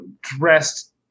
dressed